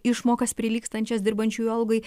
išmokas prilygstančias dirbančiųjų algai